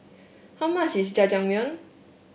how much is Jajangmyeon